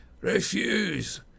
Refuse